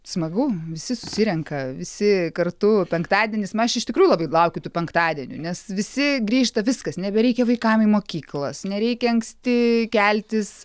smagu visi susirenka visi kartu penktadienis nu aš iš tikrųjų labai laukiu tų penktadienių nes visi grįžta viskas nebereikia vaikam į mokyklas nereikia anksti keltis